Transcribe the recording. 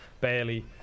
barely